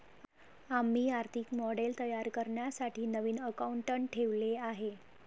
आम्ही आर्थिक मॉडेल तयार करण्यासाठी नवीन अकाउंटंट ठेवले आहे